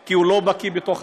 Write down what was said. כי הוא לא בקי בחקירה,